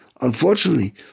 unfortunately